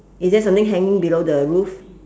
is there something hanging below the roof